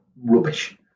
rubbish